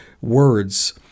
words